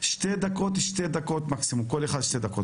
יש תזכיר שמדבר על בניין של מתקן מיוחד,